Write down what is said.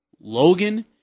Logan